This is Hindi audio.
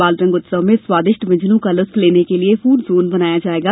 बाल रंग उत्सव में स्वादिष्ट व्यंजनों का लुत्फ लेने के लिये फूड जोन बनाया जायेगा